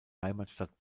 heimatstadt